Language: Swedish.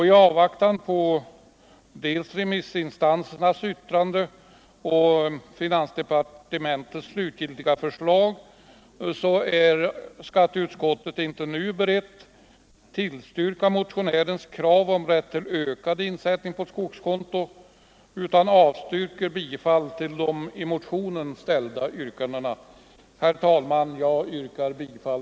I avvaktan på remissinstansernas yttranden och finansdepartementets slutgiltiga förslag är skatteutskottet inte nu berett att a I ifa i a ställa 23 oktober 1974 Herr talman! Jag yrkar bifall till skatteutskottets hemställan. Tillsättande av en Överläggningen var härmed slutad.